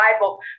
Bible